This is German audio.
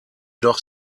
doch